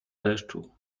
deszczu